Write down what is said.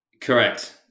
Correct